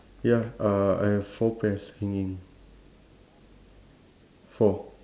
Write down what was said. ya uh I have four pears hanging four